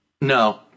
no